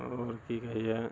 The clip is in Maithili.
आओर की कहैया